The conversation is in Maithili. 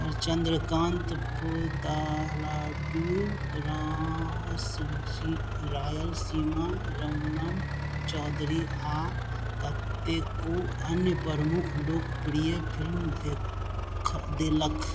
चन्द्रकान्त पोडालाडू राससी रायलसीमा रमनम चौधरी आओर कतेको अन्य प्रमुख लोकप्रिय फिल्म देख देलख